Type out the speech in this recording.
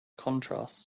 contrasts